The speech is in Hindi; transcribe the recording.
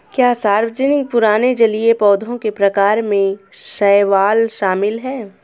क्या सर्वाधिक पुराने जलीय पौधों के प्रकार में शैवाल शामिल है?